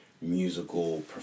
musical